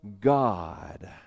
God